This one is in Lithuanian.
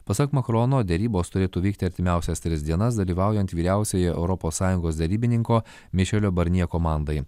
pasak makrono derybos turėtų vykti artimiausias tris dienas dalyvaujant vyriausiojo europos sąjungos derybininko mišelio barnjė komandai